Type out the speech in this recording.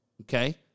okay